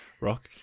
rock